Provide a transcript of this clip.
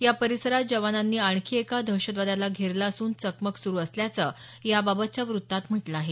या परिसरात जवानांनी आणखी एका दहशतवाद्याला घेरलं असून चकमक सुरु असल्याचं याबाबतच्या वृत्तात म्हटलं आहे